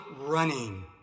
running